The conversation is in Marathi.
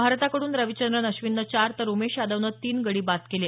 भारताकडून रविचंद्रन अश्विननं चार तर उमेश यादवनं तीन गडी बाद केले